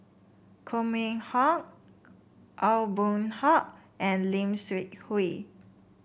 Koh Mun Hong Aw Boon Haw and Lim Seok Hui